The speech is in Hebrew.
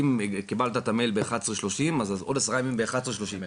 אם קיבלת את האימייל ב-11:30 - אז עוד עשרה ימים ב-11:30.